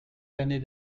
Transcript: l’année